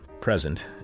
Present